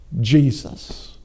Jesus